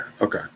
Okay